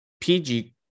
PG